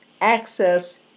access